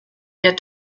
get